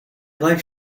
likes